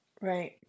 Right